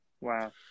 Wow